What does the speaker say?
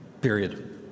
period